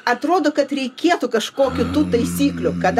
atrodo kad reikėtų kažkokių tų taisyklių kada